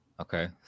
Okay